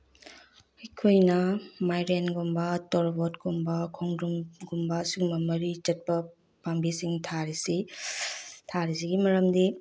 ꯑꯩꯈꯣꯏꯅ ꯃꯥꯏꯔꯦꯟꯒꯨꯝꯕ ꯇꯣꯔꯕꯣꯠꯀꯨꯝꯕ ꯈꯣꯡꯗ꯭ꯔꯨꯝꯒꯨꯝꯕ ꯁꯤꯒꯨꯝꯕ ꯃꯔꯤ ꯆꯠꯄ ꯄꯥꯝꯕꯤꯁꯤꯡ ꯊꯥꯔꯤꯁꯤ ꯊꯥꯔꯤꯁꯤꯒꯤ ꯃꯔꯝꯗꯤ